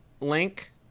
link